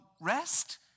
rest